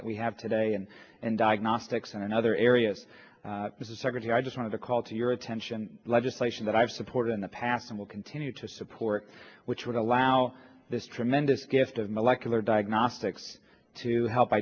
that we have today and in diagnostics and in other areas as a secretary i just wanted to call to your attention legislation that i've supported in the past and will continue to support which would allow this tremendous gift of molecular diagnostics to help